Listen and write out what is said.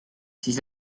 siis